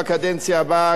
כי אתה תצטרך להיות,